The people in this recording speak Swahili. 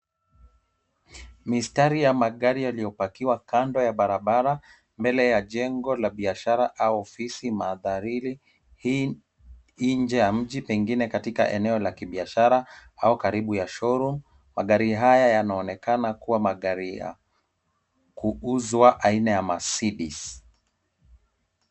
Mistari ya magari yaliyopakiwa kando ya barabara mbele ya jengo la biashara au ofisi mandharini nje ya mji pengine katika eneo la kibiashara au karibu ya showroom .Magari haya yanaonekana kuwa magari ya kuuzwa aina ya Mercedes.